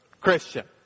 Christian